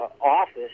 office